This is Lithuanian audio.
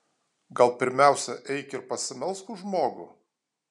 gal pirmiausia eik ir pasimelsk už žmogų